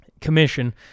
commission